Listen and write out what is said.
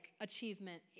achievement